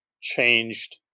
changed